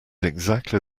exactly